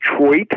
Detroit